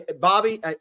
Bobby